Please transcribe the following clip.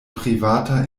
privata